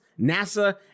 NASA